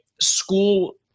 school